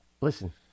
Listen